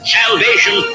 salvation